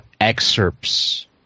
excerpts